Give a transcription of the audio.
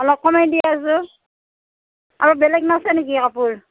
অলপ কমাই দিয়া আৰু বেলেগ নাছে নেকি কাপোৰ